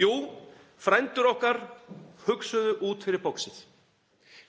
Jú, frændur okkar hugsuðu út fyrir boxið.